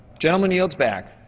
gentleman yields back